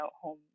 home